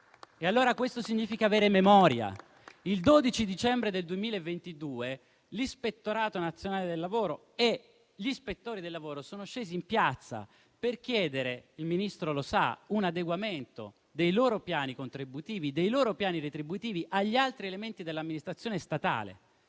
Questo significa avere memoria. Il 12 dicembre 2022 l'Ispettorato nazionale del lavoro e gli ispettori del lavoro sono scesi in piazza, per chiedere - il Ministro lo sa - un adeguamento dei loro piani contributivi e dei loro piani retributivi agli altri elementi dell'amministrazione statale.